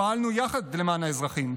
פעלנו יחד למען האזרחים,